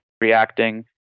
reacting